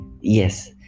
Yes